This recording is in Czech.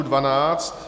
12.